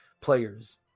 players